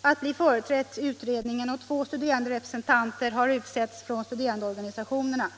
att bli företrätt i utredningen, och två studeranderepresentanter har utsetts från studerandeorganisationerna.